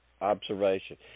observation